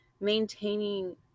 Maintaining